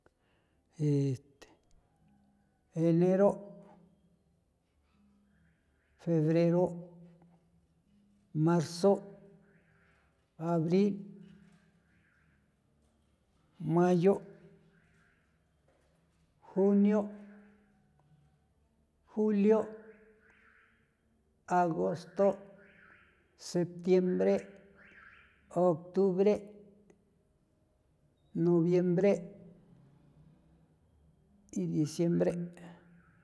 enero', febrero', marzo', abril, mayo', junio', julio', agosto', septiembre', octubre', noviembre', y diciembre'.